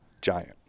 Giant